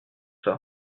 sais